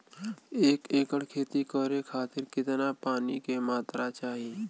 एक एकड़ खेती करे खातिर कितना पानी के मात्रा चाही?